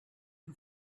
who